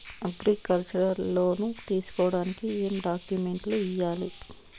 Agriculture loan తీసుకోడానికి ఏం డాక్యుమెంట్లు ఇయ్యాలి?